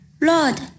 Lord